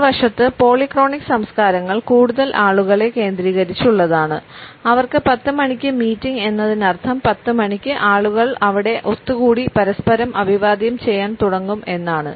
മറുവശത്ത് പോളിക്രോണിക് സംസ്കാരങ്ങൾ കൂടുതൽ ആളുകളെ കേന്ദ്രീകരിച്ചുള്ളതാണ് അവർക്ക് 10 മണിക്ക് മീറ്റിംഗ് എന്നതിനർത്ഥം 10 മണിക്ക് ആളുകൾ അവിടെ ഒത്തുകൂടി പരസ്പരം അഭിവാദ്യം ചെയ്യാൻ തുടങ്ങും എന്നാണ്